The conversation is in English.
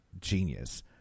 genius